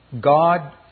God